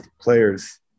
players